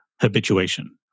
habituation